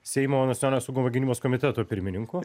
seimo nacionalinio saugumo ir gynybos komiteto pirmininku